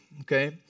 okay